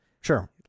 Sure